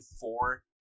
four